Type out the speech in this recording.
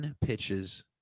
pitches